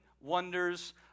wonders